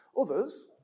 Others